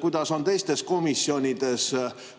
kuidas on teistes komisjonides,